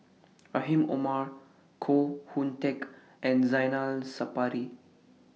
Rahim Omar Koh Hoon Teck and Zainal Sapari